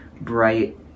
bright